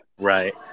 Right